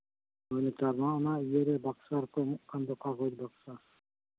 ᱱᱮᱛᱟᱨ ᱢᱟ ᱚᱱᱟ ᱤᱭᱟᱹ ᱨᱮ ᱵᱟᱠᱥᱚ ᱨᱮᱠᱚ ᱮᱢᱚᱜ ᱠᱟᱱ ᱫᱚ ᱠᱟᱜᱚᱡᱽ ᱵᱟᱠᱥᱟ